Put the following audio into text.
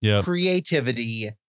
creativity